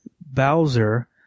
Bowser